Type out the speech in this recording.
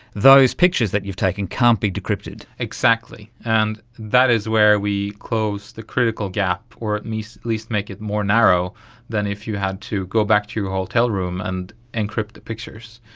those pictures that you've taken can't be decrypted. exactly, and that is where we close the critical gap, or at least least make it more narrow than if you had to go back to your hotel room and encrypt the pictures.